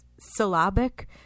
syllabic